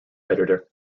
editor